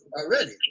already